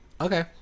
Okay